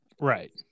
Right